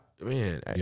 man